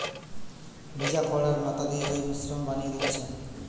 ভিজা খড় আর পাতা দিয়ে যে মিশ্রণ বানিয়ে দিচ্ছে